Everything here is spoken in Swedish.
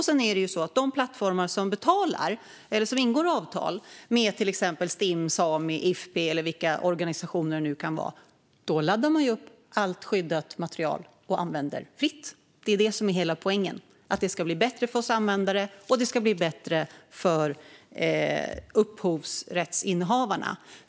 Sedan är det så att de plattformar som ingår avtal med till exempel Stim, Sami, Ifpi eller vilka organisationer som det kan vara laddar upp allt skyddat material och använder det fritt. Det är det som är hela poängen, alltså att det ska bli bättre för oss användare och att det ska bli bättre för upphovsrättsinnehavarna.